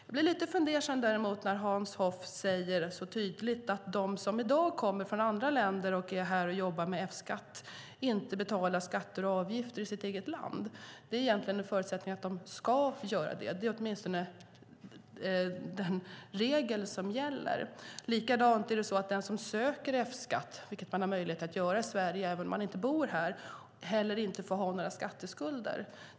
Jag blir lite fundersam när Hans Hoff säger så tydligt att de som i dag kommer från andra länder och är här och jobbar med F-skatt inte betalar skatter och avgifter i sitt eget land. Det är egentligen en förutsättning att de ska göra det. Det är åtminstone den regel som gäller. Det är också så att den som söker F-skatt, vilket man har möjlighet att göra i Sverige även om man inte bor här, inte får ha några skatteskulder.